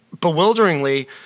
bewilderingly